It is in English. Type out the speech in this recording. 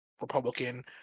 Republican